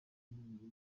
muri